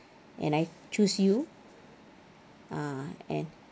and I choose you ah and